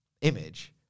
image